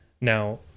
Now